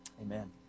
amen